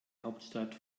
hauptstadt